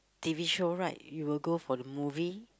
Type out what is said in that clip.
T_V show right you will go for the movie